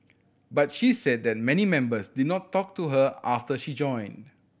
but she said that many members did not talk to her after she joined